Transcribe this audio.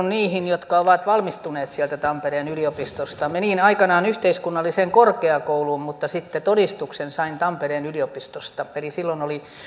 niihin jotka ovat valmistuneet tampereen yliopistosta menin aikanaan yhteiskunnalliseen korkeakou luun mutta todistuksen sain tampereen yliopistosta eli silloin oli